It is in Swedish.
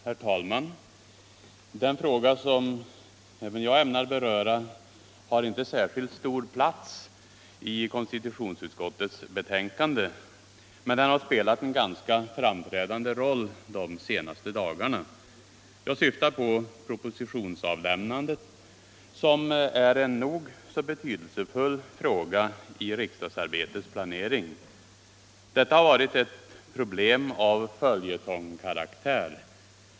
Herr talman! Den fråga som även jag ämnar beröra har inte särskilt stor plats i konstitutionsutskottets betänkande, men den har spelat en ganska framträdande roll under de senaste dagarna. Jag syftar på frågan om propositionsavlämnandet, som är nog så betydelsefull i riksdagsarbetets planering och som har varit en fråga av följetongskaraktär.